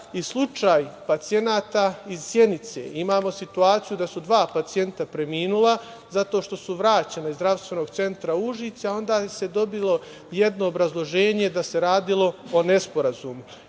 i slučaj pacijenata iz Sjenice. Imamo situaciju da su dva pacijenta preminula zato što su vraćeni iz Zdravstvenog centra Užice, a onda se dobilo jedno obrazloženje da se radilo o nesporazumu.